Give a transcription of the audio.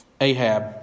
Ahab